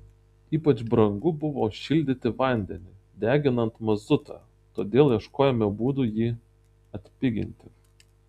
ypač brangu buvo šildyti vandenį deginant mazutą todėl ieškojome būdų jį atpiginti